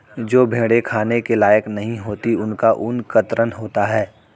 जो भेड़ें खाने के लायक नहीं होती उनका ऊन कतरन होता है